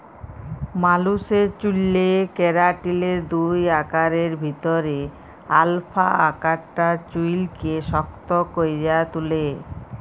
মালুসের চ্যুলে কেরাটিলের দুই আকারের ভিতরে আলফা আকারটা চুইলকে শক্ত ক্যরে তুলে